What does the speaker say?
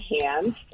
hands